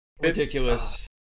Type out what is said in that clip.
ridiculous